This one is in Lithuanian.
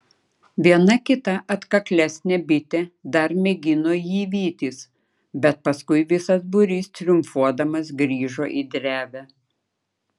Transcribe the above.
viena kita atkaklesnė bitė dar mėgino jį vytis bet paskui visas būrys triumfuodamas grįžo į drevę